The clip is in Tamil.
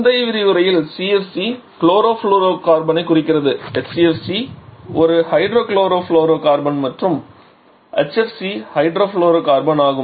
முந்தைய விரிவுரையில் CFC குளோரோஃப்ளூரோகார்பனைக் குறிக்கிறது HCFC ஒரு ஹைட்ரோகுளோரோஃப்ளூரோகார்பன் மற்றும் HFC ஹைட்ரோ ஃப்ளோரோகார்பன் ஆகும்